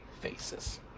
faces